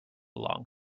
long